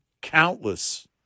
countless